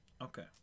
Okay